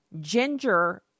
ginger